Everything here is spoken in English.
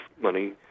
money